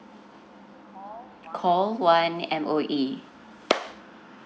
call one M_O_E